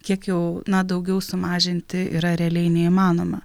kiek jau na daugiau sumažinti yra realiai neįmanoma